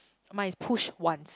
my is push once